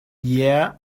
yeah